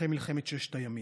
אחרי מלחמת ששת הימים.